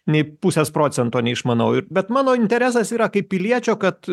nei pusės procento neišmanau bet mano interesas yra kaip piliečio kad